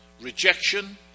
rejection